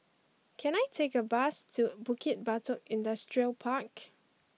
can I take a bus to Bukit Batok Industrial Park